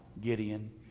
Gideon